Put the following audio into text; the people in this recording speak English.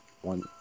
one